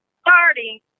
starting